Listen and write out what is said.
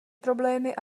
problémy